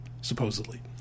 supposedly